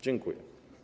Dziękuję.